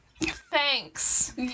Thanks